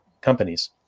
companies